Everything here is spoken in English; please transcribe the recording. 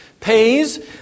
pays